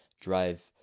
drive